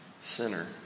sinner